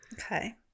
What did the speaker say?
Okay